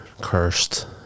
cursed